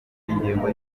ingengo